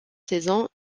saison